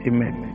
Amen